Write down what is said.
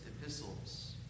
epistles